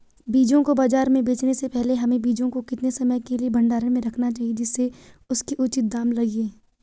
बीजों को बाज़ार में बेचने से पहले हमें बीजों को कितने समय के लिए भंडारण में रखना चाहिए जिससे उसके उचित दाम लगें?